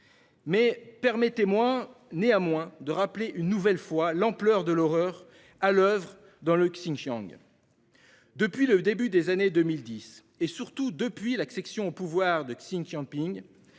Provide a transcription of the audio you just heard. Chine. Permettez-moi néanmoins de rappeler une nouvelle fois l'ampleur de l'horreur qui est à l'oeuvre dans le Xinjiang. Depuis le début des années 2010, et surtout depuis l'accession au pouvoir de Xi Jinping,